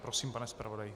Prosím, pane zpravodaji.